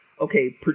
okay